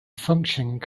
functioning